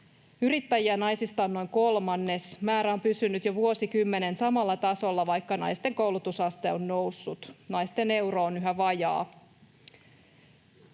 Yrittäjiä naisista on noin kolmannes. Määrä on pysynyt jo vuosikymmenen samalla tasolla, vaikka naisten koulutusaste on noussut. Naisen euro on yhä vajaa.